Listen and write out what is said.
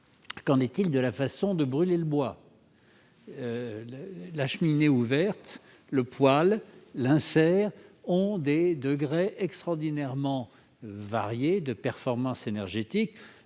particulier, de la façon de brûler le bois ? La cheminée ouverte, le poêle, l'insert ont des degrés extraordinairement variés de performance énergétique.